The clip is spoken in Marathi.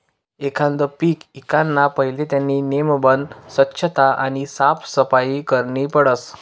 एखांद पीक ईकाना पहिले त्यानी नेमबन सोच्छता आणि साफसफाई करनी पडस